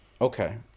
Okay